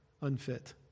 unfit